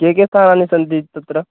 के के स्थलानि सन्ति तत्र